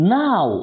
now